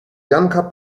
janka